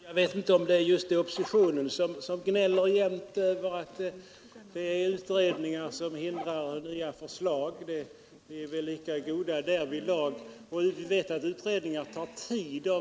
Fru talman! Jag vet inte om det är just oppositionen som gnäller jämt över att det är utredningar som hindrar nya förslag. Vi är väl lika goda därvidlag. Vi vet att utredningar tar tid.